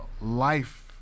life